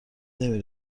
نمی